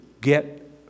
get